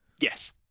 Yes